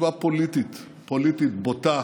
לישיבה פוליטית, פוליטית בוטה,